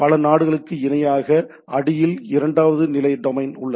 பல நாடுகளுக்கு இணையாக அடியில் இரண்டாவது நிலை டொமைன் உள்ளது